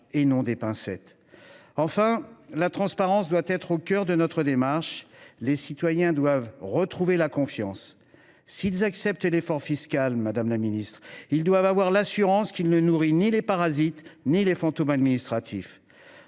et non des pincettes. Enfin, la transparence doit être au cœur de notre démarche. Les citoyens doivent retrouver la confiance. S’ils acceptent l’effort fiscal, ils doivent être assurés que celui ci ne sert à nourrir ni les parasites ni les fantômes administratifs.